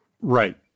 Right